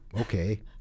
okay